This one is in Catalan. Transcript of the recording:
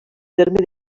terme